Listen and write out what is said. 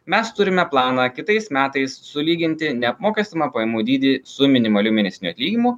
mes turime planą kitais metais sulyginti neapmokestinamą pajamų dydį su minimaliu mėnesiniu atlyginimu